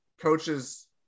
coaches